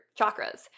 chakras